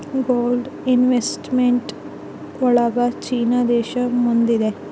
gold investment ಒಳಗ China ದೇಶ ಮುಂದಿದೆ